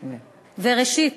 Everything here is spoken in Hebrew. ראשית,